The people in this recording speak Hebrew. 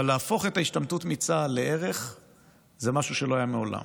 אבל להפוך את ההשתמטות מצה"ל לערך זה משהו שלא היה מעולם.